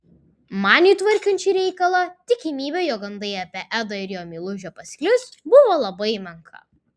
maniui tvarkant šį reikalą tikimybė jog gandai apie edą ir jo meilužę pasklis buvo labai menka